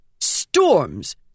Storms